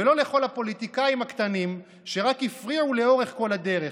ולא לכל הפוליטיקאים הקטנים שרק הפריעו לאורך כל הדרך,